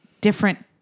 different